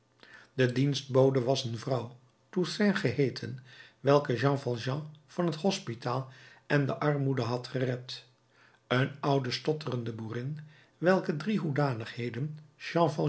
de dienstbode was een vrouw toussaint geheeten welke jean valjean van het hospitaal en de armoede had gered een oude stotterende boerin welke drie hoedanigheden